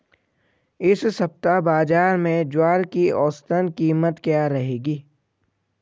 इस सप्ताह बाज़ार में ज्वार की औसतन कीमत क्या रहेगी?